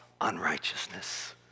unrighteousness